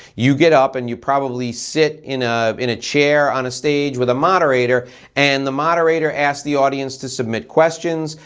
you get up and you probably sit in ah in a chair on a stage with a moderator and the moderator asks the audience to submit questions,